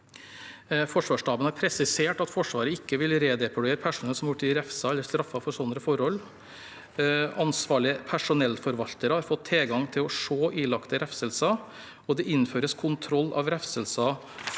Forsvarsstaben har presisert at Forsvaret ikke vil redeployere personer som har blitt refset eller straffet for slike forhold. Ansvarlige personellforvaltere har fått tilgang til å se ilagte refselser, det innføres kontroll av refselser